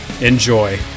Enjoy